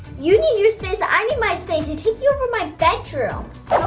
you need your space, i need my space. you're taking over my bedroom.